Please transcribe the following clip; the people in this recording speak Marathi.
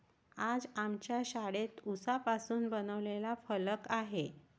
आज आमच्या शाळेत उसापासून बनवलेला फलक आहे